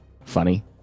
funny